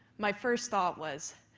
my first thought was,